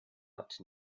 out